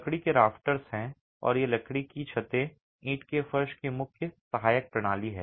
लकड़ी के राफ्टर्स हैं और ये लकड़ी की छतें ईंट के फर्श की मुख्य सहायक प्रणाली हैं